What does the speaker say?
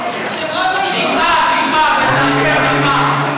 כמו שלא דאגתם לביטחון תושבי עוטף עזה,